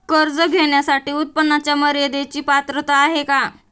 कर्ज घेण्यासाठी उत्पन्नाच्या मर्यदेची पात्रता आहे का?